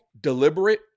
deliberate